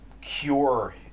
cure